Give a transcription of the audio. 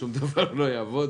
שום דבר לא יעבוד.